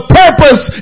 purpose